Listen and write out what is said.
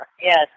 yes